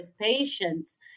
patients